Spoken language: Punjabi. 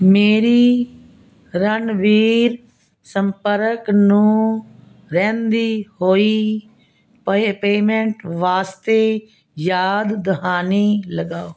ਮੇਰੀ ਰਣਬੀਰ ਸੰਪਰਕ ਨੂੰ ਰਹਿੰਦੀ ਹੋਈ ਪਏ ਪੇਮੈਂਟ ਵਾਸਤੇ ਯਾਦ ਦਹਾਨੀ ਲਗਾਓ